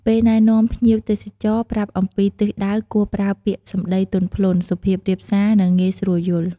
ពេលណែនាំភ្ញៀវទេសចរប្រាប់អំពីទិសដៅ គួរប្រើពាក្យសម្ដីទន់ភ្លន់ សុភាពរាបសា និងងាយស្រួលយល់។